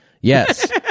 yes